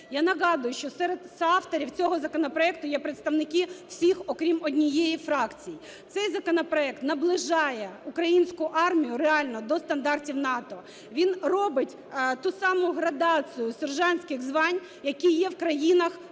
Я нагадую, що серед співавторів цього законопроекту є представники всіх, окрім однієї фракції. Цей законопроект наближає українську армію реально до стандартів НАТО. Він робить ту саму градацію сержантських звань, які є в країнах